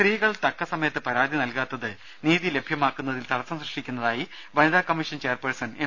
സ്ത്രീകൾ തക്കസമയത്ത് പരാതി നൽകാത്തത് നീതി ലഭ്യമാക്കുന്നതിൽ തടസ്സം സൃഷ്ടിക്കുന്നതായി വനിതാ കമ്മീഷൻ ചെയർപേഴ്സൺ എം